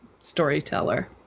storyteller